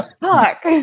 Fuck